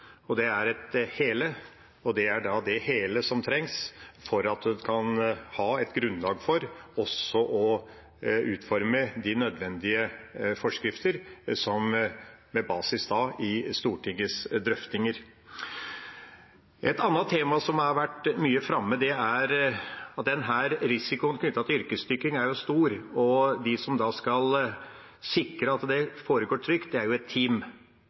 Det er et hele, og det er et hele som trengs for at en kan ha et grunnlag for å utforme de nødvendige forskrifter med basis i Stortingets drøftinger. Så et annet tema som har vært mye framme: Risikoen knyttet til yrkesdykking er stor, og de som skal sikre at det foregår trygt, er et team. Det er et team